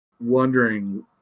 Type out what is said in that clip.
wondering